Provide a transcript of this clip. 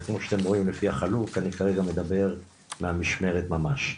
וכמו שאתם רואים לפי החלוק אני כרגע מדבר מהמשמרת ממש.